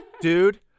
dude